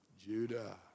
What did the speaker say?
Judah